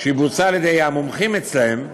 על-ידי המומחים אצלם,